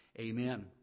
Amen